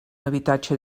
habitatge